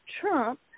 Trump